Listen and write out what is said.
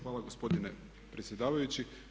Hvala gospodine predsjedavajući.